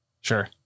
Sure